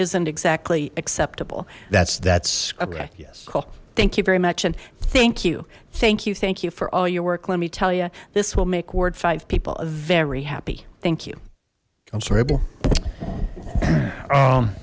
isn't exactly acceptable that's that's yes thank you very much and thank you thank you thank you for all your work let me tell you this will make ward five people very happy thank you i'm sorry